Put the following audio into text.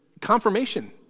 Confirmation